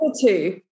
two